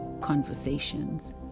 conversations